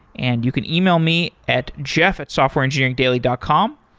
and you can email me at jeff at softwareengineeringdaily dot com.